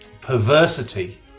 perversity